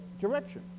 direction